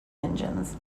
engines